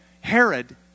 Herod